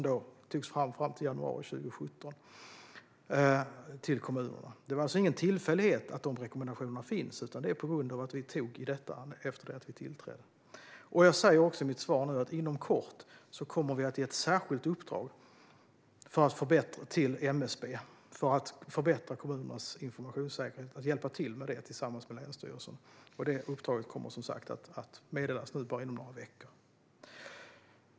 De togs fram till januari 2017. Det är alltså ingen tillfällighet att de rekommendationerna finns, utan det är på grund av att vi tog tag i detta efter att vi tillträtt. Jag säger också i mitt svar nu att vi inom kort kommer att ge ett särskilt uppdrag till MSB att förbättra kommunernas informationssäkerhet, det vill säga hjälpa till med det tillsammans med länsstyrelsen. Det uppdraget kommer som sagt att meddelas nu om bara några veckor.